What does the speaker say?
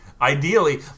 ideally